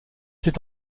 c’est